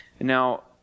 Now